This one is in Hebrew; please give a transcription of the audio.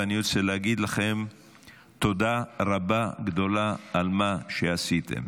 ואני רוצה להגיד לכם תודה רבה גדולה על מה שעשיתם.